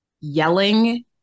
yelling